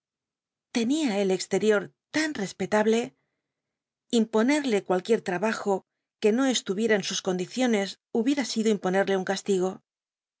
tenia el cxtel'io lan respetable imroncrlc cualquier trabajo que no estuviem en sus condiciones hubiera sido imponerle un castigo